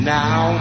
now